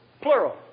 Plural